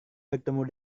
bertemu